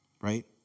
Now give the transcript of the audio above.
Right